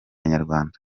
inyarwanda